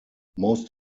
most